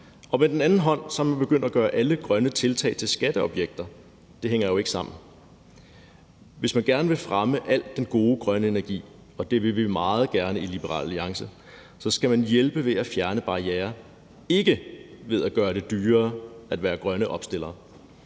med den anden hånd vil man begynde at gøre alle grønne tiltag til skatteobjekter. Det hænger jo ikke sammen. Hvis man gerne vil fremme al den god grønne energi, og det vil vi meget gerne i Liberal Alliance, så skal man hjælpe ved at fjerne barrierer, ikke ved at gøre det dyrere at være grøn opstiller.